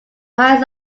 highest